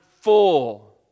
full